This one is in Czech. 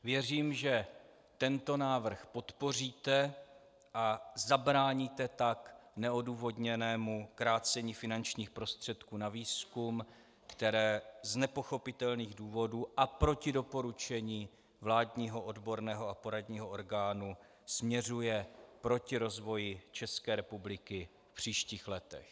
Věřím, že tento návrh podpoříte, a zabráníte tak neodůvodněnému krácení finančních prostředků na výzkum, které z nepochopitelných důvodů a proti doporučení vládního odborného a poradního orgánu směřuje proti rozvoji České republiky v příštích letech.